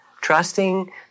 trusting